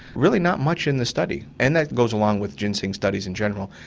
really not much in the study. and that goes along with ginseng studies in general.